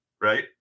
right